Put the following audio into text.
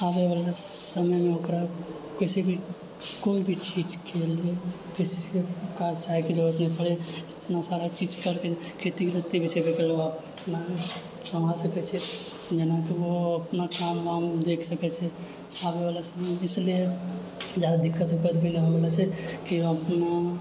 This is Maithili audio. आबए वाला समयमे ओकरा किसी भी कोइ भी चीजके लिए जरुरत नहि पड़ैत अपना सारा चीज करके खेती गृहस्थी अपना सकैत छी जेनाकि ओ अपना काम वाम देखि सकैत छै आबए वाला समयमे इसलिए जादे दिक्कत उक्क्त भी नहि होए वाला छै कि अपना